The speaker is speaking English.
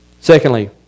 Secondly